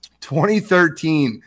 2013